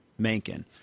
Mankin